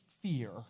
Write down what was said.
fear